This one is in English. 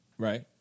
Right